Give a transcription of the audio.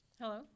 Hello